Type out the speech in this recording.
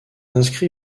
inscrit